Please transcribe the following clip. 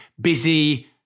busy